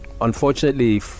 unfortunately